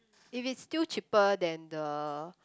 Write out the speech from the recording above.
if it's still cheaper than the